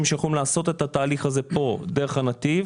שיכולים לעשות את התהליך הזה פה דרך נתיב,